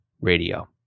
radio